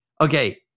Okay